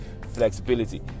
Flexibility